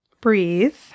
breathe